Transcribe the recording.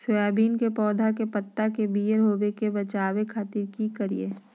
Soybean के पौधा के पत्ता के पियर होबे से बचावे खातिर की करिअई?